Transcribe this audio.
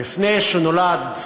לפני שנולד,